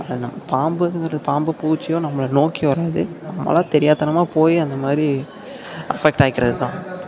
அது நான் பாம்புங்கிறது பாம்பு பூச்சியோ நம்மளை நோக்கி வராது நம்மளாக தெரியாத்தனமாக போய் அந்த மாதிரி அஃபெக்ட் ஆகிக்கிறது தான்